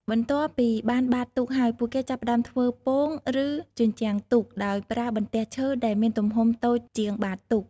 បន្ទាប់ពីបានបាតទូកហើយ ពួកគេចាប់ផ្តើមធ្វើ ពោង ឬ ជញ្ជាំងទូក ដោយប្រើបន្ទះឈើដែលមានទំហំតូចជាងបាតទូក។